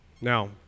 Now